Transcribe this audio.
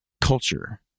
culture